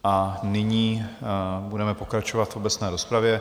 A nyní budeme pokračovat v obecné rozpravě.